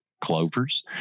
clovers